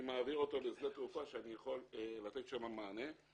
מעביר אותו לשדה תעופה שאני יכול לתת שם מענה.